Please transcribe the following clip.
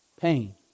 pain